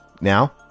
Now